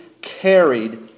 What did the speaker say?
carried